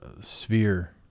sphere